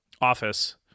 office